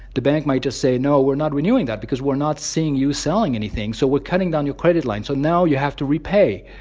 the bank might just say, no. we're not renewing that because we're not seeing you selling anything, so we're cutting down your credit line. so now you have to repay.